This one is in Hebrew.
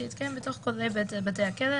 שיתקיים בתוך כותלי בתי הכלא,